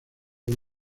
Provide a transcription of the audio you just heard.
los